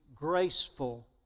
Graceful